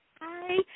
Hi